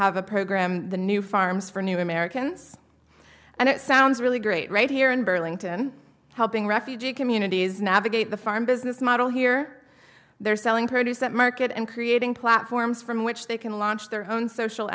have a program the new farms for new americans and it sounds really great right here in burlington helping refugee communities navigate the farm business model here they're selling produce that market and creating platforms from which they can launch their own social